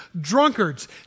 Drunkards